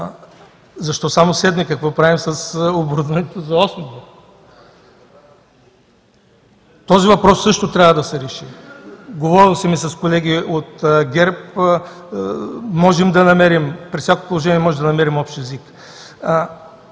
защо само VII, какво правим с оборудването за VIII блок? Този въпрос също трябва да се реши. Говорил съм и с колеги от ГЕРБ, при всяко положение можем да намерим общ език.